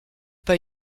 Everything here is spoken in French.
pas